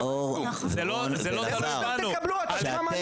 נאור, כשאתם